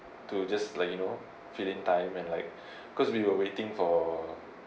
to just like you know filling time and like because we were waiting for